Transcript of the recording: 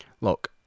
Look